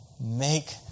make